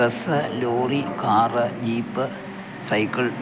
bus lorry car jeep cycle